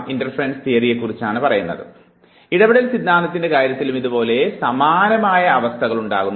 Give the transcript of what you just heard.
ഇടപെടൽ സിദ്ധാന്തത്തിൻറെ കാര്യത്തിലും ഇതുപോലെ സമാനമായ അവസ്ഥകൾ ഉണ്ടാകുന്നു